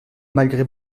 malgré